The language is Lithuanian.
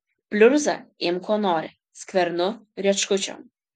pliurzą imk kuo nori skvernu rieškučiom